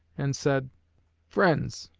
and said friends,